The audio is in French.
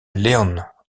león